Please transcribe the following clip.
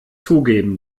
zugeben